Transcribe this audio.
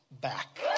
back